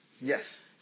Yes